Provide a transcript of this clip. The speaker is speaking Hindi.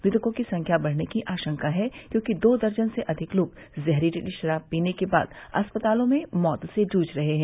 मृतकों की संख्या बढ़ने की आशंका है क्योंकि दो दर्जन से अधिक लोग जहरीली शराब पीने के बाद अस्पतालों में मौत से जूझ रहे हैं